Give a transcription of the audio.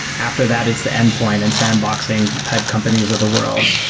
after that, it's the endpoint and sandboxing type companies of the world,